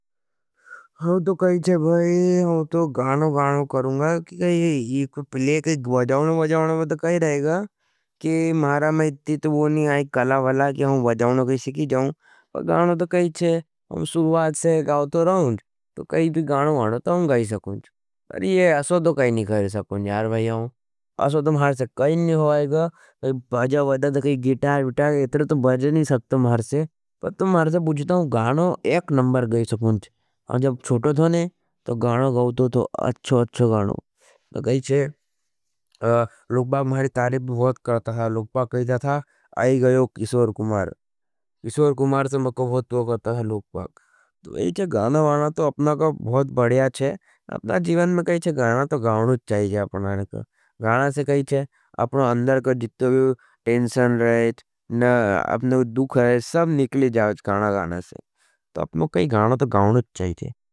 हम तो कहींचे भाई, हम तो गाणो गाणो करूँगा। क्योंकि एक पिले काई बज़ावनो बज़ावनो में तो कही रहेगा। कि मारा में इती तो वो नहीं आई कलावला कि हम बज़ावनो कहीं सिखी जाऊँ। पर गाणो तो कहींचे, हम सुर्वाद से गाऊँ तो रहूंग। तो कहींचे गाणो वानो तो हम गाई सकूँज पर ये असो तो कहीं नहीं करे सकूँज। यार भाई हम असो तो मारे से कहीं नहीं हो वाईगा बज़ा वाईगा। तो कहीं गितार वितार तो बज़ा नहीं सकते मारे से पर तो मारे से बुज़ता हूँ। गाणो एक नमबर गाई सकूँज हम जब छोटो थो। नहीं तो गाणो गाऊतो थो अच्छो अच्छो गाणो तो कहीं से लौख बाक मारी तारीव भवत करता लौख बाक कहीं तराथा। आये गाई 唉ं किसोर कुमार खीसोर कुमार सर मैं का बहुत प्रतू करता था। लौख बाक तो यही जेगाण मारी तो अपना का बहुत बड़ीया थे। अपने जीवन में कही हज ग्षानस तो गानुज चाहीआ। ग्षानस हज बारे में तो दूख रहे हज आपमें कही ग्षानस तो गाङउँज चाहीआ।